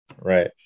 Right